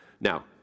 Now